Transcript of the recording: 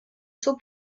zur